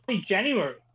January